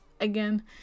again